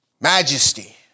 Majesty